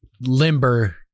limber